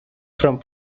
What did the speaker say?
from